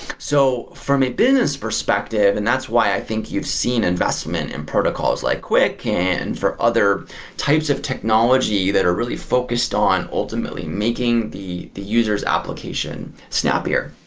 so, from a business perspective, and that's why i think you've seen investment in protocols like quick and for other types of technology that are really focused on ultimately making the the user s application snappier.